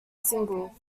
single